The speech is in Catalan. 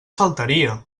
faltaria